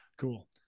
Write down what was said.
cool